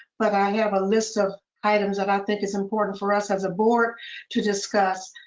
but i have a list of items that i think it's important for us as a board to discuss,